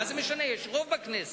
מה זה משנה, יש רוב בכנסת.